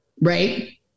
Right